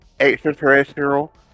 Extraterrestrial